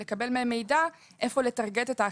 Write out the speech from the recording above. לקבל מהם מידע איפה לטרגט את האכיפה.